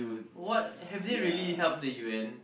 what have they really helped the U_N